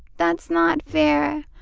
that's not fair.